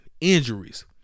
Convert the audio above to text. Injuries